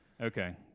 Okay